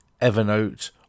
Evernote